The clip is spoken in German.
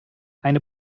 eine